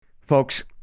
Folks